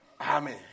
Amen